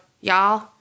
y'all